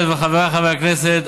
חבריי חברי הכנסת,